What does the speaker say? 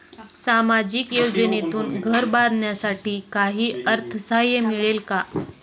सामाजिक योजनेतून घर बांधण्यासाठी काही अर्थसहाय्य मिळेल का?